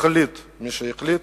החליט מי שהחליט